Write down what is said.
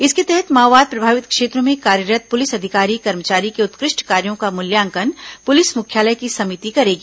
इसके तहत माओवाद प्रभावित क्षेत्रों में कार्यरत पुलिस अधिकारी कर्मचारी के उत्कृष्ट कार्यों का मूल्यांकन पुलिस मुख्यालय की समिति करेगी